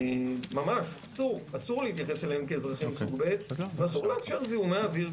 ממש אסור להתייחס אליהם כאזרחים סוג ב' ואסור לאפשר זיהומי אוויר,